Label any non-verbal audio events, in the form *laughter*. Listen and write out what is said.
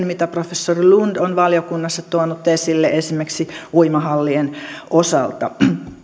*unintelligible* mitä professori lund on valiokunnassa tuonut esille esimerkiksi uimahallien osalta